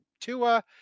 Tua